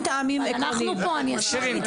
שירין,